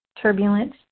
turbulent